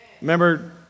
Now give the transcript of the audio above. Remember